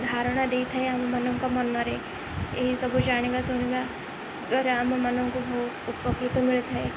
ଧାରଣା ଦେଇଥାଏ ଆମମାନଙ୍କ ମନରେ ଏହିସବୁ ଜାଣିବା ଶୁଣିବା ଦ୍ୱାରା ଆମମାନଙ୍କୁ ବହୁ ଉପକୃତ ମିଳିଥାଏ